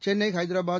Chennai Hyderabad